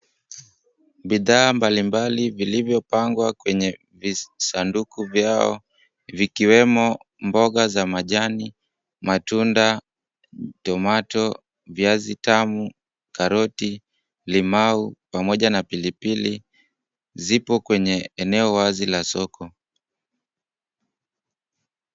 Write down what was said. Bidhaa mbali mbali vilivyopangwa kwenye vijisanduku vyao vikiwemo mboga za kijani, matunda tomato , viazi tamu, karoti, limau pamoja na pilipili zipo kwenye eneo wazi la soko.